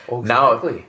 now